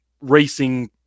racing